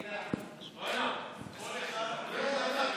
תשובה,